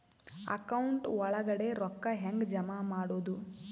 Account ಒಳಗಡೆ ರೊಕ್ಕ ಹೆಂಗ್ ಜಮಾ ಮಾಡುದು?